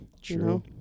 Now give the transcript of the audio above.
True